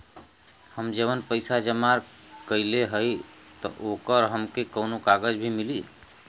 हम जवन पैसा जमा कइले हई त ओकर हमके कौनो कागज भी मिली?